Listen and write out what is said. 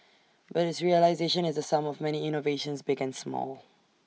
but its realisation is the sum of many innovations big and small